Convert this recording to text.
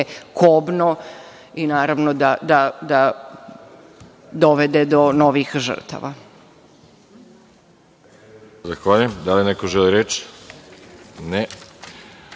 kobno i naravno da dovede do novih žrtava.